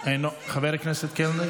אפשר אחרת וצריך אחרת.